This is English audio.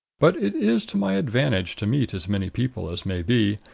but it is to my advantage to meet as many people as may be,